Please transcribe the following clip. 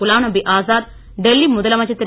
குலாம் நபி ஆசாத் டெல்லி முதலமைச்சர் திரு